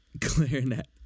Clarinet